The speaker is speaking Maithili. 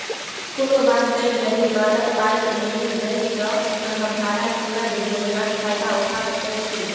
कुनु बात नहि यदि मालक पाइ नहि यै त अहाँ भाड़ा कीनब योजनाक फायदा उठा सकै छी